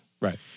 Right